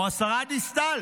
או השרה דיסטל,